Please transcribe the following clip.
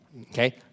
Okay